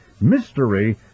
Mystery